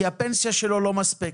כי הפנסיה שלו לא מספקת.